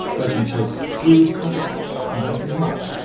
they can chase serious topics, and they can mock.